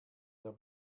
der